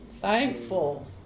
thankful